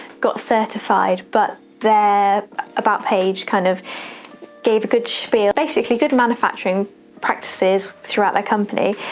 got certified, but their about page kind of gave good schpiel. basically, good manufacturing practices throughout their company.